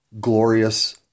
glorious